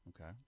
Okay